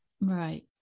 Right